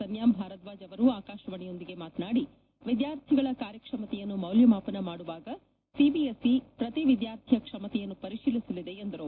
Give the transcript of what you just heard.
ಸನ್ಹಾಂ ಭಾರದ್ವಾಜ್ ಅವರು ಆಕಾಶವಾಣಿಯೊಂದಿಗೆ ಮಾತನಾಡಿ ವಿದ್ಯಾರ್ಥಿಗಳ ಕಾರ್ಯಕ್ಷಮತೆಯನ್ನು ಮೌಲ್ಲಮಾಪನ ಮಾಡುವಾಗ ಸಿಬಿಎಸ್ಇ ಪ್ರತಿ ವಿದ್ಯಾರ್ಥಿಯ ಕ್ಷಮತೆಯನ್ನು ಪರಿಶೀಲಿಸಲಿದೆ ಎಂದರು